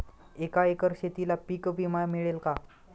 एका एकर शेतीला पीक विमा मिळेल का?